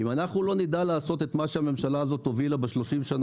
אם אנחנו לא נדע לעשות את מה שהממשלה הזאת הובילה ב-30 השנים